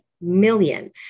million